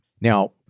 Now